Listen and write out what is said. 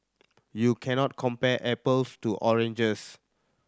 you can not compare apples to oranges